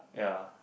yeah